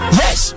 yes